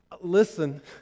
Listen